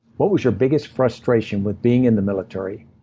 what was your biggest frustration with being in the military?